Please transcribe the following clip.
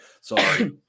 sorry